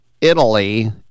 italy